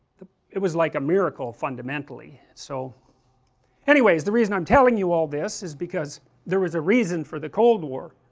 it was like a miracle fundamentally, so anyways, the reason i am telling you all this is because there was a reason for the cold war